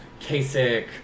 Kasich